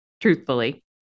Truthfully